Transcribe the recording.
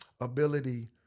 ability